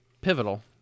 pivotal